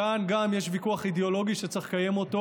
כאן גם יש ויכוח אידיאולוגי שצריך לקיים אותו,